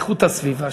איכות הסביבה,